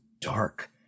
dark